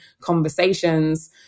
conversations